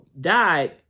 Died